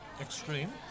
extreme